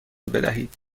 بدهید